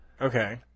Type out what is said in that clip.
Okay